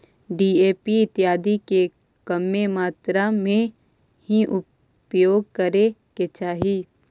DAP इत्यादि के कमे मात्रा में ही उपयोग करे के चाहि